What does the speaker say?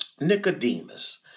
Nicodemus